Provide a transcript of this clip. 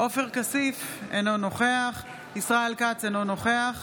עופר כסיף, אינו נוכח ישראל כץ, אינו נוכח